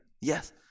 Yes